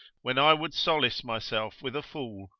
when i would solace myself with a fool,